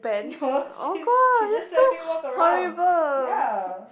no she she just let me walk around ya